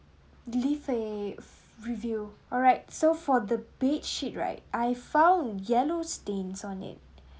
leave a review alright so for the bedsheet right I found yellow stains on it